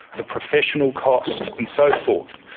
the professional cost and so forth.